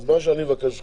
אז מה שאני מבקש ממך,